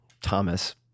Thomas